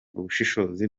ubushobozi